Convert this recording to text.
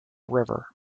river